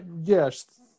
yes